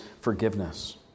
forgiveness